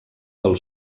pel